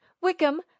Wickham